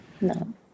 no